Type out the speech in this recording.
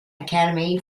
academy